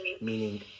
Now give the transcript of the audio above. meaning